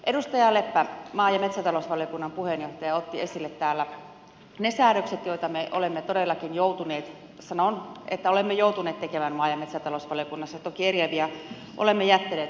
edustaja leppä maa ja metsätalousvaliokunnan puheenjohtaja otti esille täällä ne säädökset joita me olemme todellakin joutuneet tekemään maa ja metsätalousvaliokunnassa sanon että olemme joutuneet ja toki eriäviä olemme jättäneet